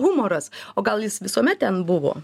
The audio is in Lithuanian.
humoras o gal jis visuomet ten buvo